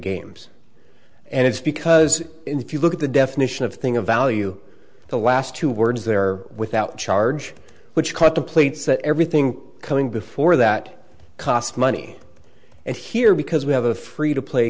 games and it's because if you look at the definition of thing of value the last two words there without charge which cut the plates that everything coming before that cost money and here because we have a free to play